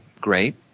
great